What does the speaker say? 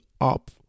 up